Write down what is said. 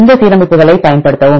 இந்த சீரமைப்புகளைப் பயன்படுத்தவும்